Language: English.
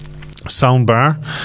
soundbar